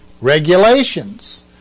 regulations